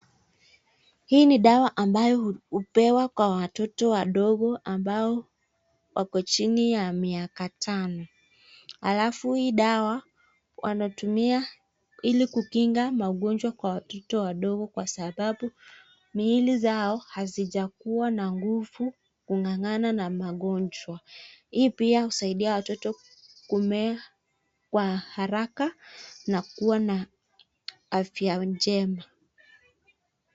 Hii ni dawa ambayo hupewa kwa watoto wadogo ambao wako chini ya miaka tano. Alafu hii dawa wanatumia ili kukinga magonjwa kwa watoto wadogo kwa sababu miili zao hazijakua na nguvu kungangana na magonjwa. Hii pia husaidia watoto kumea kwa haraka na kua na afya njema.